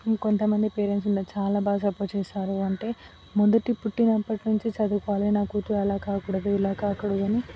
ఇంకొంతమంది పేరెంట్స్ ఉంటారు చాలా బాగా సపోర్ట్ చేస్తారు అంటే మొదటి పుట్టినప్పటి నుంచి చదువుకోవాలి నా కూతురు అలా కాకూడదు ఇలా కాకూడదు అని